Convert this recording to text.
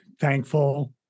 thankful